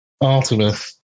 Artemis